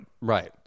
Right